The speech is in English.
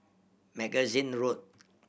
Magazine Road